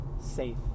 safe